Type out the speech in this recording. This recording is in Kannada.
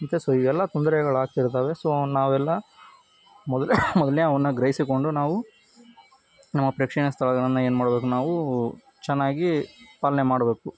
ಮತ್ತು ಸೊ ಇವೆಲ್ಲ ತೊಂದರೆಗಳಾಗ್ತಿರ್ತಾವೆ ಸೊ ನಾವೆಲ್ಲ ಮೊದಲೇ ಮೊದಲೇ ಅವನ್ನು ಗ್ರಹಿಸಿಕೊಂಡು ನಾವು ನಮ್ಮ ಪ್ರೇಕ್ಷಣೀಯ ಸ್ಥಳಗಳನ್ನು ಏನು ಮಾಡಬೇಕು ನಾವು ಚೆನ್ನಾಗಿ ಪಾಲನೆ ಮಾಡಬೇಕು